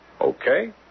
Okay